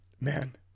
man